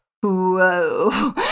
whoa